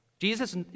Jesus